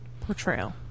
Portrayal